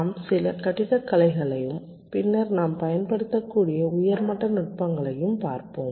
நாம் சில கட்டிடக்கலைகளையும் பின்னர் நாம் பயன்படுத்தக்கூடிய உயர் மட்ட நுட்பங்களையும் பார்ப்போம்